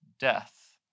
death